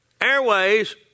airways